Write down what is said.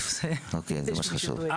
לצערי,